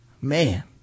Man